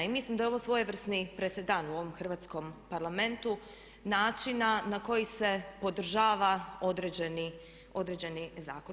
I mislim da je ovo svojevrsni presedan u ovom Hrvatskom parlamentu načina na koji se podržava određeni zakon.